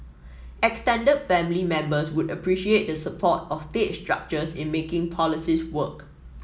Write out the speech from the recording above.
extended family members would appreciate the support of state structures in making policies work